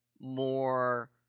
more